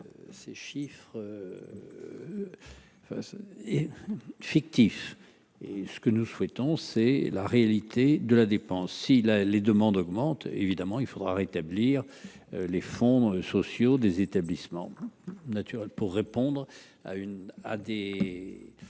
enfin est fictif et j'. Que nous souhaitons, c'est la réalité de la dépense, il a les demandes augmentent évidemment il faudra rétablir les fonds sociaux des établissements naturel pour répondre à une